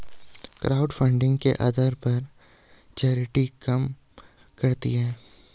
crowdfunding के आधार पर चैरिटी काम करती है